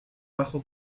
bajo